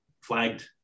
flagged